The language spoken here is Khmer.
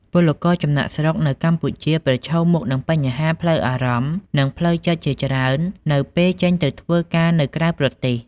ពលករចំណាកស្រុកនៅកម្ពុជាប្រឈមមុខនឹងបញ្ហាផ្លូវអារម្មណ៍ និងផ្លូវចិត្តជាច្រើននៅពេលចេញទៅធ្វើការនៅក្រៅប្រទេស។